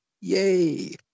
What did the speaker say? Yay